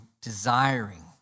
desiring